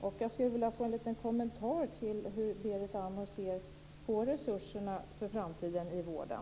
Jag skulle vilja höra hur Berit Andnor ser på resurserna i vården inför framtiden.